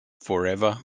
forever